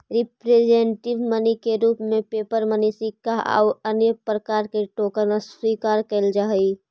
representative money के रूप में पेपर मनी सिक्का आउ अन्य प्रकार के टोकन स्वीकार कैल जा हई